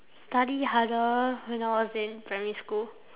study harder when I was in primary school